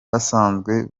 basanzwe